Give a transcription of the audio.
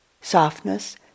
softness